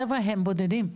חבר'ה, הם בודדים.